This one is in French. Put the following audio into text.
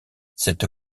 cette